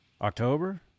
October